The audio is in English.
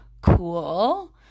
cool